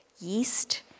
yeast